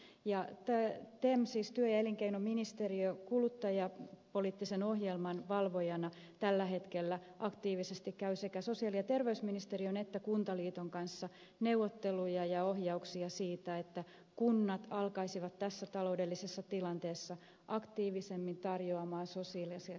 tem siis työ ja elinkeinoministeriö kuluttajapoliittisen ohjelman valvojana tällä hetkellä aktiivisesti käy sekä sosiaali ja terveysministeriön että kuntaliiton kanssa neuvotteluja ja ohjeistaa sitä että kunnat alkaisivat tässä ta loudellisessa tilanteessa aktiivisemmin tarjota sosiaalisia luottoja